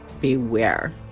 Beware